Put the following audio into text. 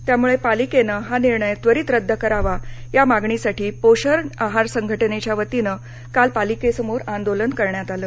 त्यामुळे पालिकेनं हा निर्णय त्वरीत रद्द करावा या मागणीसाठी पोषण आहार संघटनेच्या वतीनं काल पालिकेसमोर आंदोलन करण्यात आलं